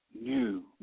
new